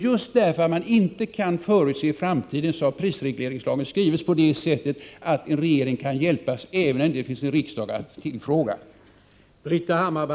Just därför att man inte kan förutse framtiden har prisregleringslagen skrivits på det sättet, så att en regering kan ingripa även när det inte finns en riksdag att tillfråga.